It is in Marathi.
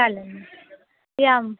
चालेल या मग